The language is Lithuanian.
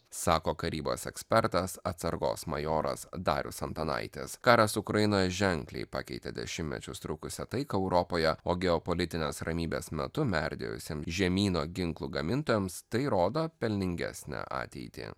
sako karybos ekspertas atsargos majoras darius antanaitis karas ukrainoj ženkliai pakeitė dešimtmečius trukusią taiką europoje o geopolitinės ramybės metu merdėjusiam žemyno ginklų gamintojams tai rodo pelningesnę ateitį